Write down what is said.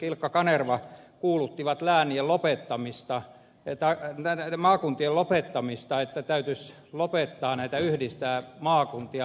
ilkka kanerva kuuluttivat maakuntien lopettamista että täytyisi lopettaa näitä yhdistää maakuntia